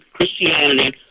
Christianity